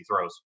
throws